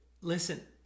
Listen